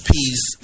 Peace